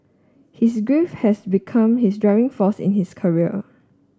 his grief has become his driving force in his career